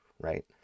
right